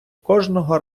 кожного